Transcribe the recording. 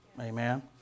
Amen